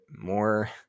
more